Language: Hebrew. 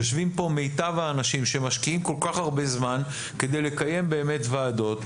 יושבים כאן מיטב האנשים שמשקיעים כל כך הרבה זמן כדי לקיים באמת ועדות,